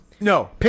No